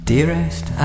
Dearest